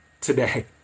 today